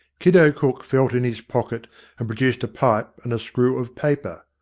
kiddo cook felt in his pocket and produced a pipe and a screw of paper.